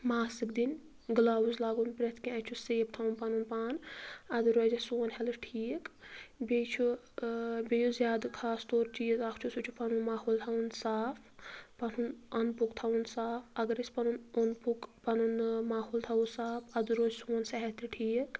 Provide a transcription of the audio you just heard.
mask دِنۍ gloves لاگُن پرٮ۪تھ کینٛہہ چھُ سیف تھاوُن پَنُن پان اَدٕ روزِ سون ہٮ۪لٕتھ ٹھیٖک بیٚیہِ چھُ بیٚیہِ یُس زیادٕ خاص طور چیٖز اَکھ چھُ سُہ چھُ پَنُن ماحول تھاوُن صاف پَنُن اوٚند پوٚکھ تھاوُن صاف اگر أسۍ پَنُن اوٚند پوٚکھ پَنُن ماحول تھاوو صاف اَدٕ روزِ سون صحت تہِ ٹھیٖک